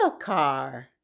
car